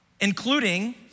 including